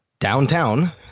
Downtown